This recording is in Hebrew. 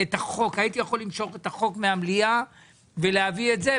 הייתי יכול למשוך את החוק מהמליאה ולהביא את זה,